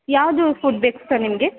ಯಾವುದು ಫುಡ್ ಬೇಕು ಸರ್ ನಿಮಗೆ